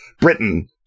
Britain